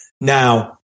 Now